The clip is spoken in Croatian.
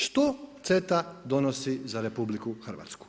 Što CETA donosi za RH?